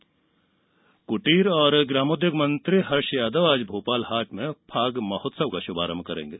फाग महोत्सव कुटीर एवं ग्रामोद्योग मंत्री हर्ष यादव आज भोपाल हाट में फाग महोत्सव का शुभारंभ करेंगे